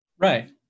Right